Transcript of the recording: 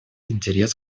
интерес